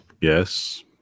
Yes